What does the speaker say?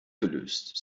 gelöst